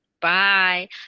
Bye